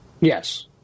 Yes